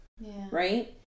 Right